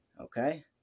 Okay